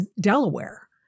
Delaware